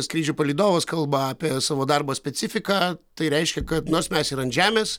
skrydžių palydovas kalba apie savo darbo specifiką tai reiškia kad nors mes ir ant žemės